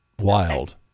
wild